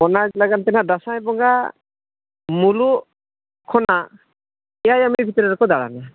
ᱚᱱᱟ ᱞᱟᱜᱟᱱ ᱛᱮ ᱱᱟᱜ ᱫᱟᱸᱥᱟᱭ ᱵᱚᱸᱜᱟ ᱢᱩᱞᱩᱜ ᱠᱷᱚᱱᱟᱜ ᱮᱭᱟᱭ ᱟᱢᱵᱟᱵᱟᱹᱥᱭᱟᱹ ᱵᱷᱤᱛᱨᱤ ᱨᱮᱠᱚ ᱫᱟᱬᱟᱱᱟ